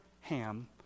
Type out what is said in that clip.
Ham